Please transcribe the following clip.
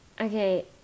Okay